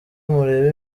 murebe